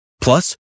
Plus